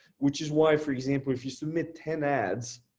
which is why for example, if you submit ten ads,